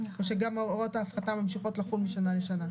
או שגם הוראות ההפחתה ממשיכות לחול משנה לשנה?